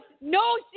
no